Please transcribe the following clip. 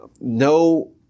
No